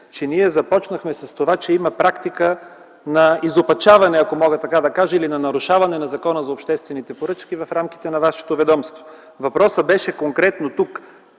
ние започнахме с това, че има практика на изопачаване, ако мога така да кажа, или на нарушаване на Закона за обществените поръчки в рамките на вашето ведомство. Въпросът тук беше конкретно за